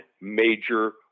major